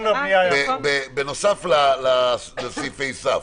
בנוסף לסעיפי סף.